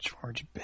George